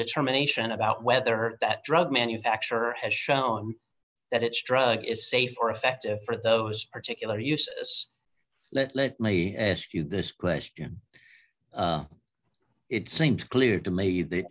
determination about whether that drug manufacturer has shown that its drug is safe or effective for those particular usis let me ask you this question it seemed clear to me the